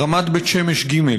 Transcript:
רמת בית שמש ג'.